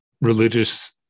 religious